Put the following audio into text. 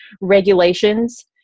regulations